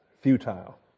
Futile